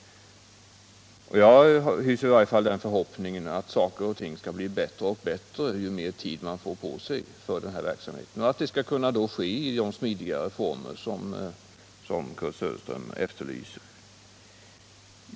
Jag hyser i varje fall den förhoppningen att saker och ting skall bli bättre och bättre ju mer tid man får på sig för den här verksamheten och att den skall ske i de smidigare former som Kurt Söderström efterlyser.